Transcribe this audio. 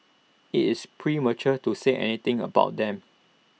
IT is premature to say anything about them